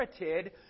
inherited